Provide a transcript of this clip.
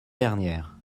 dernière